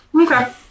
Okay